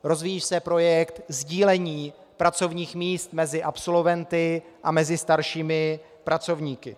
Rozvíjí se projekt sdílení pracovních míst mezi absolventy a mezi staršími pracovníky.